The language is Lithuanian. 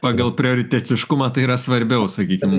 pagal prioritetiškumą tai yra svarbiau sakykim